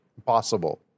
possible